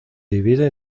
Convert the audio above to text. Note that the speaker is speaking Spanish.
divide